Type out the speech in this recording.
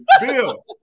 Bill